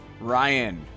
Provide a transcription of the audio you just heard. Ryan